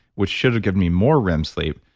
which should've given me more rem sleep.